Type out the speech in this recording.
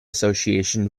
association